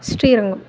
Srirangam